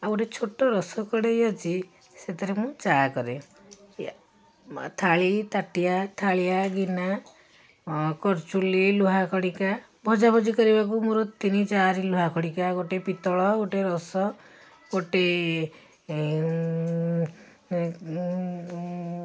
ଆଉ ଗୋଟେ ଛୋଟ ରସ କଡ଼େଇ ଅଛି ସେଥିରେ ମୁଁ ଚା' କରେ ଥାଳି ତାଟିଆ ଥାଳିଆ ଗିନା କରଚୁଲି ଲୁହା ଖଡ଼ିକା ଭଜାଭଜି କରିବାକୁ ମୋର ତିନି ଚାରି ଲୁହା ଖଡ଼ିକା ଗୋଟେ ପିତ୍ତଳ ଗୋଟେ ରସ ଗୋଟେ